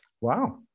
Wow